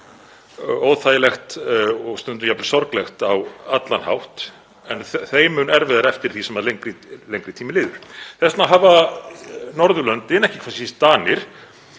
óþægilegt og stundum jafnvel sorglegt á allan hátt en þeim mun erfiðara eftir því sem lengri tími líður. Þess vegna hafa Norðurlöndin, ekki hvað síst